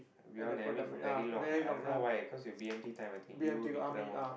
we all never meet for very long I don't know why cause you b_m_t time I think you Vikram all